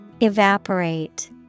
evaporate